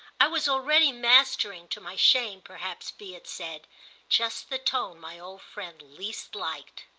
i was already mastering to my shame perhaps be it said just the tone my old friend least liked.